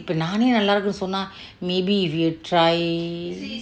இப்பெ நானே நல்ல இருக்குமே சொன்ன:ippe naane nalla irrukune sonna maybe if you try